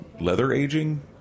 leather-aging